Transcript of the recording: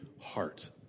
heart